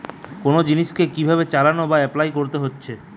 কোন জিনিসকে কি ভাবে চালনা বা এপলাই করতে হতিছে